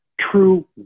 True